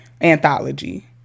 Anthology